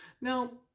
Now